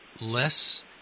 less